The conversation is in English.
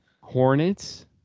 Hornets